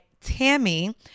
Tammy